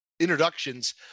introductions